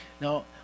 Now